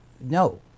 No